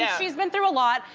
she's been through a lot.